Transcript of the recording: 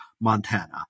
montana